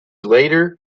later